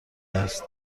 است